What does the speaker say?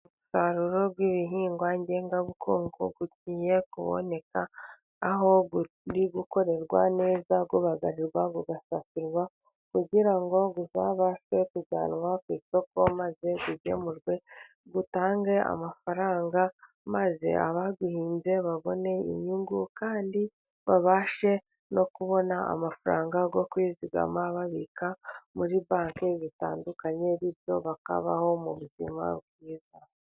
Umusaruro w'ibihingwa ngengabukungu, ugiye kuboneka aho uri gukorerwa neza, ubagarirwa ugasasirwa kugira ngo uzabashe kujyanwa ku isoko, maze ugemurwe utange amafaranga, maze abawuhinze babone inyungu kandi babashe no kubona amafaranga yo kwizigama, babika muri bake zitandukanye bityo bakabaho mu buzima bwiza.